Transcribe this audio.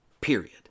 Period